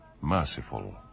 merciful